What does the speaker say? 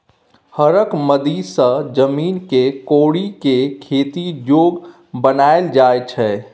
हरक मदति सँ जमीन केँ कोरि कए खेती जोग बनाएल जाइ छै